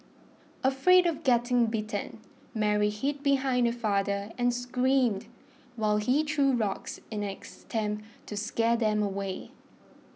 afraid of getting bitten Mary hid behind her father and screamed while he threw rocks in extent to scare them away